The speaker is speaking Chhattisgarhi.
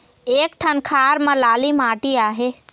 एक ठन खार म लाली माटी आहे?